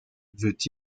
veut